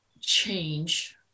change